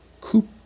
coop